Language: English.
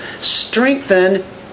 strengthen